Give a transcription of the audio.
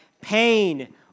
pain